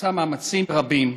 ועושה מאמצים רבים,